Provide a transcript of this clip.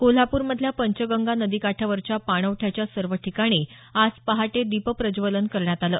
कोल्हापूरमधल्या पंचगंगा नदीकाठावरच्या पाणवठ्याच्या सर्व ठिकाणी आज पहाटे दीपप्रज्वलन करण्यात आलं